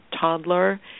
toddler